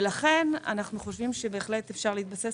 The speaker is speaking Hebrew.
לכן אנחנו חושבים שבהחלט אפשר להתבסס